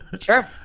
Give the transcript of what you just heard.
Sure